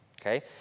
okay